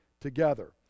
together